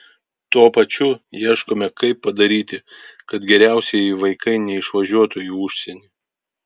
tuo pačiu ieškome kaip padaryti kad geriausieji vaikai neišvažiuotų į užsienį